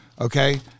okay